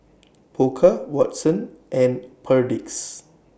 Pokka Watsons and Perdix